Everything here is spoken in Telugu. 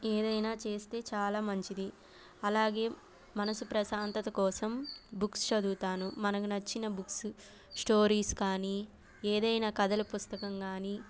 ఏదైనా చేస్తే చాలా మంచిది అలాగే మనసు ప్రశాంతత కోసం బుక్స్ చదువుతాను మనకు నచ్చిన బుక్స్ స్టోరీస్ కానీ ఏదైనా కథల పుస్తకం కానీ